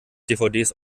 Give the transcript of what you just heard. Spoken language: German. dvds